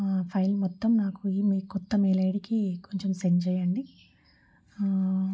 file మొత్తం నాకు ఈమే కొత్త మెయిల్ ఐడీకి కొంచెం సెండ్ చేయండి